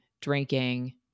drinking